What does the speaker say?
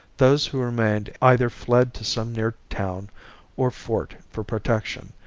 those who remained either fled to some near town or fort for protection,